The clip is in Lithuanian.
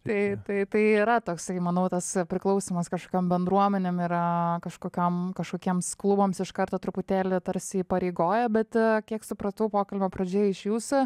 taip tai yra toksai manau tas priklausymas kažkokiom bendruomenėm ir kažkokiam kažkokiems klubams iš karto truputėlį tarsi įpareigoja bet kiek supratau pokalbio pradžioje iš jūsų